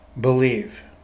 believe